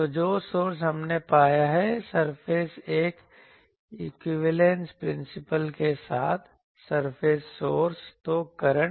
तो जो सोर्स हमने पाया है सरफेस एक इक्विवेलेंस प्रिंसिपल के साथ सरफेस सोर्स तो करंट